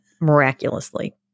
Miraculously